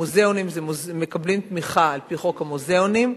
מוזיאונים מקבלים תמיכה על-פי חוק המוזיאונים,